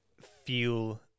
feel